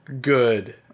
good